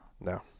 No